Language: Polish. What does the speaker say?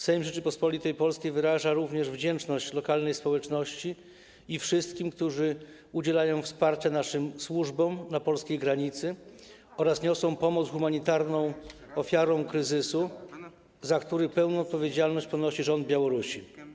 Sejm Rzeczypospolitej Polskiej wyraża również wdzięczność lokalnej społeczności i wszystkim, którzy udzielają wsparcia naszym służbom na polskiej granicy oraz niosą pomoc humanitarną ofiarom kryzysu, za który pełną odpowiedzialność ponosi rząd Białorusi.